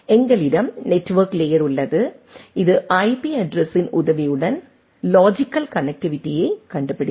எங்களிடம் network layer உள்ளது இது ஐபி அட்ரஸ்ஸின் உதவியுடன் லாஜிக்கல் கனெக்ட்டிவிட்டியை கண்டுபிடிக்கும்